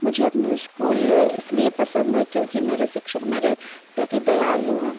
मुझे अपना इस्कूल इसलिए पसंद है क्योंकि मेरे शिक्षक मेरे प्रति दयालु हैं